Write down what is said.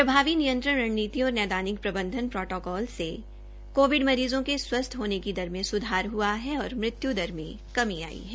प्रभावी नियंत्रण रणनीतियों और नैदानिक प्रबंधन प्रोटोकॉल से कोविड मरीजों के स्वस्थ होने की दर में सुधार हुआ है और मृत्यु दर में कमी आई है